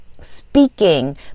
speaking